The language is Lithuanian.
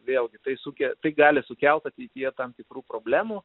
vėlgi tai suke tai gali sukelt ateityje tam tikrų problemų